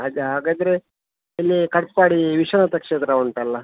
ಅದೇ ಹಾಗಾದರೆ ಇಲ್ಲಿ ಕಟ್ಪಾಡಿ ವಿಶ್ವನಾಥ ಕ್ಷೇತ್ರ ಉಂಟಲ್ಲ